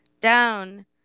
down